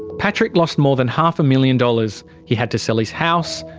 patrick lost more than half a million dollars he had to sell his house,